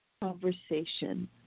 conversation